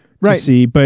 Right